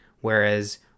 whereas